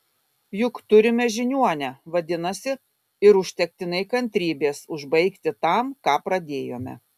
juk turime žiniuonę vadinasi ir užtektinai kantrybės užbaigti tam ką pradėjome